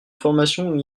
formation